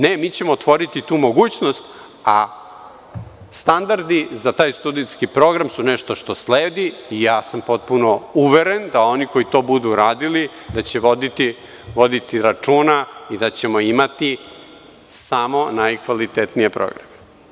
Ne, mi ćemo otvoriti tu mogućnost, a standardi za taj studijski program su nešto što sledi i ja sam potpuno uveren da oni koji to budu radili da će voditi računa i da ćemo imati samo najkvalitetnije programe.